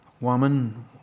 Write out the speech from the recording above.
Woman